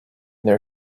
their